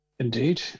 Indeed